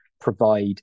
provide